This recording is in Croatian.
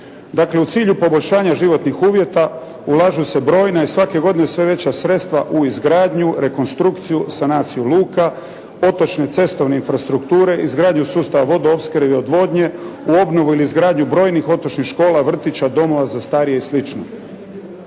Dakle u cilju poboljšanja životnih uvjeta ulažu se brojna i svake godine sve veća sredstva u izgradnju, rekonstrukciju, sanaciju luka, otočne cestovne infrastrukture, izgradnji sustava vodoopskrbe i odvodnje, u obnovu ili izgradnju brojnih otočnih škola, vrtića, domova za starije i